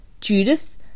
Judith